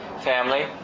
family